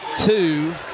two